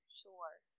sure